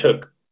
took